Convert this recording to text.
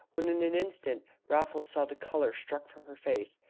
when in an instant raffles saw the colour struck from her face,